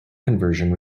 conversion